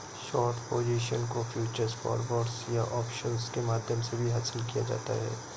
short position को futures, forwards या options के माध्यम से भी हासिल किया जाता है